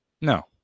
No